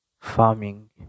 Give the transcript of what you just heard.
farming